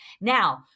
Now